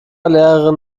lehrerin